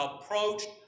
approached